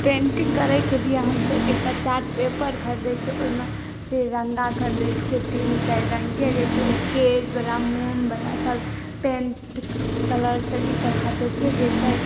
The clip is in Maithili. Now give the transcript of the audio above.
पेंटिंग करयके लिय हमसभ एकटा चार्ट पेपर ख़रीदै छियै ओहिमे फेर रंगा ख़रीदै छियै तीन चारि रंगके जाहिसॅं स्केचवला मोमवलासभ पैंट कलरसभ ई सभ ख़रीदै छियै जाहिसॅं